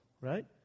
Right